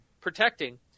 protecting